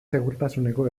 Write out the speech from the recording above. segurtasuneko